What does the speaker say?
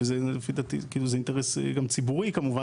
וזה אינטרס גם ציבורי כמובן,